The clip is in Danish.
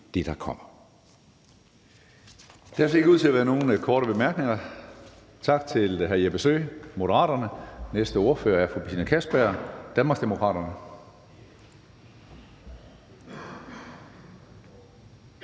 Der ser ikke ud til at være nogen korte bemærkninger. Tak til hr. Jeppe Søe, Moderaterne. Næste ordfører er fru Betina Kastbjerg, Danmarksdemokraterne.